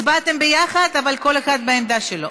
הצבעתם ביחד, אבל כל אחד בעמדה שלו?